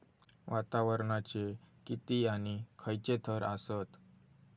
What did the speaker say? वातावरणाचे किती आणि खैयचे थर आसत?